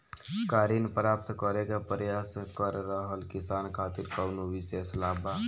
का ऋण प्राप्त करे के प्रयास कर रहल किसान खातिर कउनो विशेष लाभ बा?